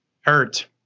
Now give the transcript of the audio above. Hurt